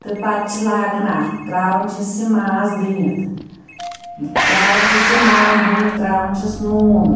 تہٕ پَتہٕ چھِ لاگان اَتھ ترٛاوان چھِس یہِ ماز دٕنِتھ ترٛاوان چھِس یہِ ماز دٕنِتھ ترٛاوان چھِس نوٗن